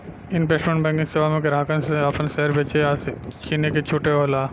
investment banking सेवा में ग्राहक सन के आपन शेयर बेचे आ किने के छूट होला